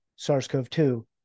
SARS-CoV-2